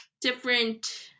different